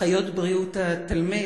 אחיות בריאות התלמיד,